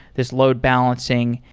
this load balancing.